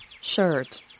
shirt